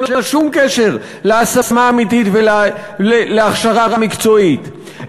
שאין לה שום קשר להשמה אמיתית ולהכשרה מקצועית,